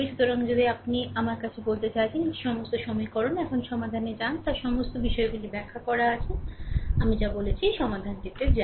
সুতরাং যদি আপনি আমার বলতে চাইছেন এটি সমস্ত সমীকরণ এখন সমাধানে যান এই সমস্ত বিষয়গুলি ব্যাখ্যা করা আছে এখন আমি যা বলেছি সমাধানটিতে যান